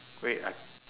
wait I